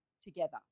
together